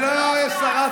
לא סגן, שר החינוך.